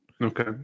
Okay